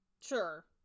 Sure